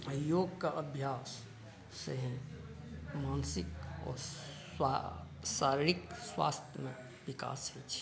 योगके अभ्यास सेहो मानसिक आओर शारीरिक स्वास्थमे विकाससँ छै